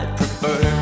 prefer